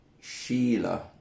Sheila